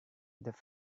their